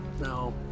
No